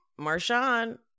Marshawn